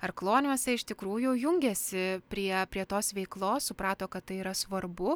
ar kloniuose iš tikrųjų jungėsi prie prie tos veiklos suprato kad tai yra